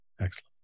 Excellent